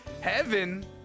Heaven